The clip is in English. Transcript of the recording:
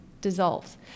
dissolves